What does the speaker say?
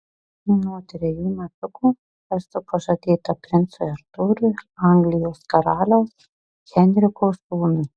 nuo trejų metukų esu pažadėta princui artūrui anglijos karaliaus henriko sūnui